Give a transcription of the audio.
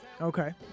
Okay